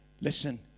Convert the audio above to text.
listen